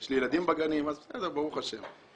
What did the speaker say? יש לי ילדים בגנים, אז בסדר, ברוך השם.